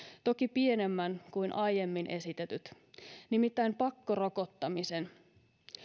toki pienemmän kuin aiemmin esitetyt nimittäin pakkorokottamisen